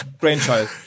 brainchild